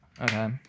Okay